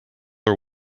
are